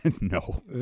No